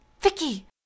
Vicky